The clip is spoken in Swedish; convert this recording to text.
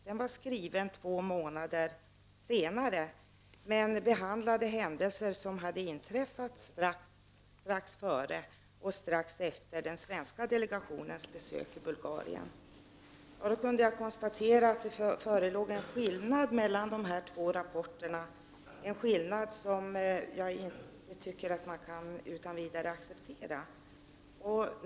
Den skrevs två månader senare men behandlade händelser som hade inträffat strax före och efter den svenska delegationens besök i Bulgarien. Jag kunde då konstatera att det förelåg en skillnad mellan de här båda rapporterna, en skillnad som jag tycker att man inte utan vidare kan acceptera.